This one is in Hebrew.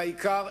והעיקר,